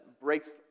breaks